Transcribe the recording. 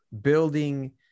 building